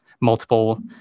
multiple